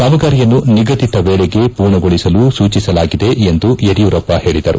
ಕಾಮಗಾರಿಯನ್ನು ನಿಗದಿತ ವೇಳೆಗೆ ಪೂರ್ಣಗೊಳಿಸಲು ಸೂಚಿಸಲಾಗಿದೆ ಎಂದು ಯಡಿಯೂರಪ್ಪ ಹೇಳಿದರು